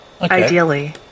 ideally